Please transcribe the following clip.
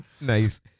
nice